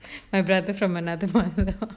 my brother from another